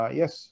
yes